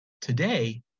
Today